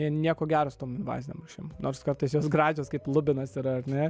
nieko gero su tom invazinėm rūšim nors kartais jos gražios kaip lubinas yra ar ne